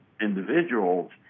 individuals